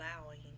allowing